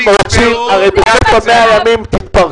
הרי בתום 100 הימים אתם תתפרקו.